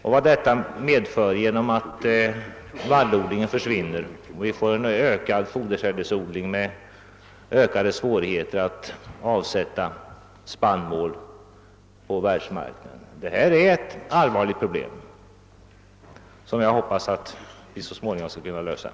Det för också med sig att vallodlingen försvinner, vi får en ökad fodersädesodling med ökade svårigheter att avsätta spannmål på världsmarknaden etc. Det är ett allvarligt problem som jag hoppas så småningom skall kunna lö Sas.